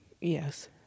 Yes